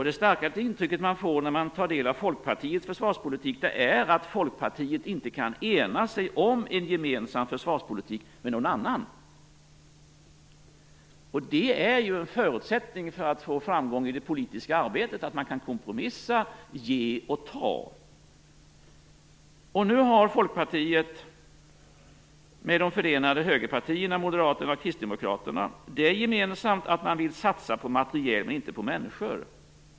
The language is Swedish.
Det starkaste intrycket man får när man tar del av Folkpartiets försvarspolitik är att Folkpartiet inte kan ena sig om en gemensam försvarspolitik med någon annan, och en förutsättning för att få framgång i det politiska arbetet är ju att man kan kompromissa, ge och ta. Nu har Folkpartiet det gemensamt med de förenade högerpartierna Moderaterna och Kristdemokraterna att man vill satsa på materiel men inte på människor.